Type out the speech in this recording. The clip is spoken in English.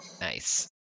nice